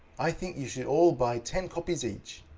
i think you should all buy ten copies each.